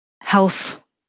health